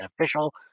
official